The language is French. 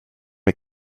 est